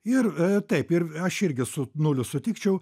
ir a taip ir aš irgi su nuliu sutikčiau